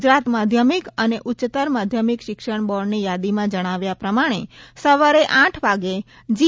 ગુજરાત માધ્યમિક અને ઉચ્ચત્તર માધ્યમિક શિક્ષણ બોર્ડની યાદીમાં જણાવ્યા પ્રમાણે સવારે આઠ વાગ્યે જી